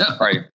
Right